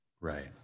Right